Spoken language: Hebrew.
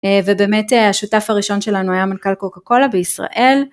ובאמת השותף הראשון שלנו היה מנכ״ל קוקה קולה בישראל.